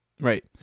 Right